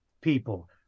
people